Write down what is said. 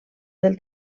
del